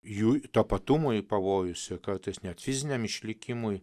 jų tapatumui pavojus kartais net fiziniam išlikimui